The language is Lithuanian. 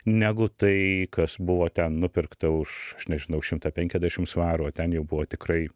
negu tai kas buvo ten nupirkta už aš nežinau šimtą penkiadešim svarų o ten jau buvo tikrai